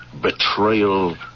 Betrayal